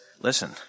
listen